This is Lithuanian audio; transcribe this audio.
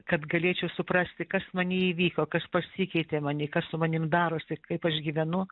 kad galėčiau suprasti kas manyje įvyko kas pasikeitė many kas su manim darosi kaip aš gyvenu